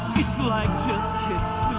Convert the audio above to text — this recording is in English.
it's like, just kiss